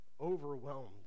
overwhelmed